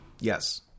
Yes